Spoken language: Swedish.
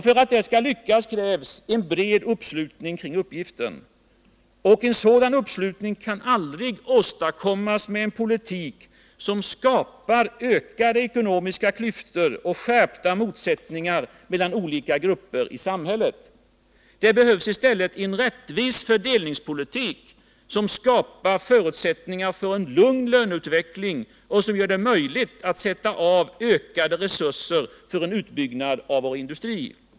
För att det skall lyckas krävs en bred uppslutning kring uppgiften. Och en sådan uppslutning kan aldrig åstadkommas med en politik som skapar ökade ekonomiska klyftor och skärpta motsättningar mellan olika grupper i samhället. Det behövs i stället en rättvis fördelningspolitik som skapar förutsättningar för en lugn löneutveckling och som gör det möjligt att sätta av ökade resurser för en utbyggnad av vår industri.